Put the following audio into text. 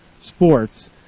Sports